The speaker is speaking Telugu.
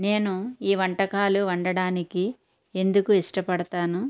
నేను ఈ వంటకాలు వండటానికి ఎందుకు ఇష్టపడతానో